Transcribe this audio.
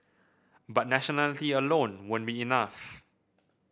but nationality alone won't be enough